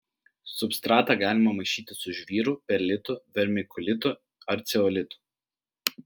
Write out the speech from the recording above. substratą galima maišyti su žvyru perlitu vermikulitu ar ceolitu